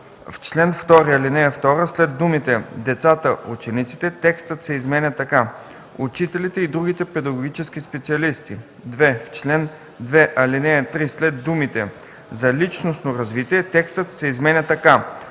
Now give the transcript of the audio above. В чл. 2, ал. 2 след думите „децата, учениците” текстът се изменя така: „учителите и другите педагогически специалисти”. 2. В чл. 2, ал. 3 след думите „за личностно развитие” текстът се изменя така: